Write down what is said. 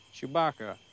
Chewbacca